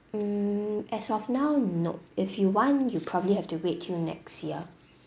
mm as of now nope if you want you probably have to wait till next year